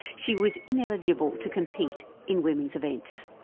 she was ineligible to compete in women's events.